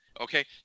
okay